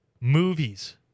movies